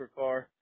supercar